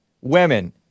Women